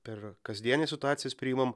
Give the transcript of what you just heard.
per kasdienes situacijas priimam